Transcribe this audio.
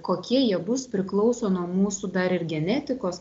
kokie jie bus priklauso nuo mūsų dar ir genetikos